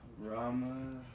Rama